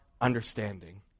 understanding